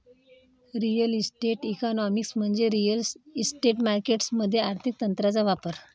real estate economics म्हणजे real estate markets मध्ये आर्थिक तंत्रांचा वापर